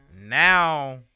now